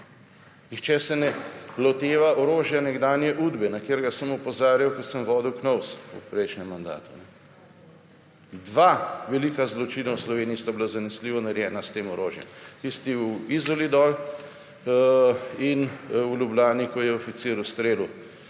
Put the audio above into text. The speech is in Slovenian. Nihče se ne loteva orožja nekdanje UDBE, na katerega sem opozarjal, ko sem vodil KNOVS v prejšnjem mandatu. Dva velika zločina v Sloveniji sta bila zanesljivo narejena s tem orožjem. Tisti v Izoli dol in v Ljubljani, ko je oficir ustrelil